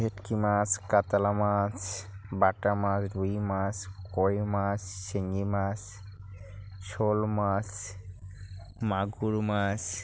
ভেটকি মাছ কাতলা মাছ বাটা মাছ রুই মাছ কই মাছ শিঙি মাছ শোল মাছ মাগুর মাছ